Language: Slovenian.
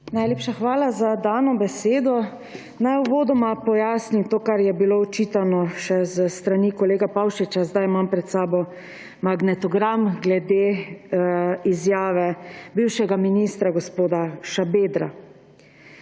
SDS): Hvala za dano besedo. Naj uvodoma pojasnim to, kar je bilo očitano še s strani kolega Pavšiča. Zdaj imam pred seboj magnetogram glede izjave bivšega ministra gospoda Šabedra.